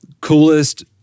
Coolest